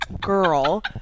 girl